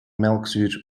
melkzuur